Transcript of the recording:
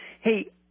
Hey